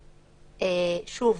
ושוב,